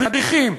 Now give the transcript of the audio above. מדריכים,